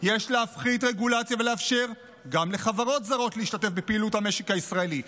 יש להפחית רגולציה ולאפשר גם לחברות זרות להשתתף בפעילות במשק הישראלי,